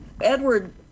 Edward